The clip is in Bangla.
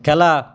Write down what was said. খেলা